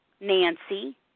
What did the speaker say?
Nancy